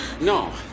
No